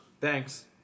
thanks